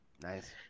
Nice